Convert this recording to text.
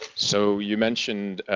so you mentioned